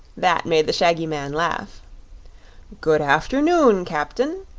that made the shaggy man laugh good afternoon, captain,